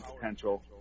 potential